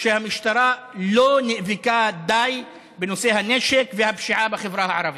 שהמשטרה לא נאבקה די בנושא הנשק והפשיעה בחברה הערבית.